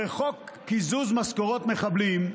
הרי חוק קיזוז משכורות מחבלים,